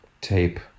tape